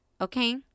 Okay